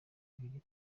abiri